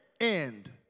end